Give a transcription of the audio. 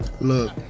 Look